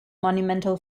monumental